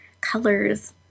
colors